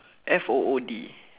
F O O D